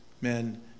men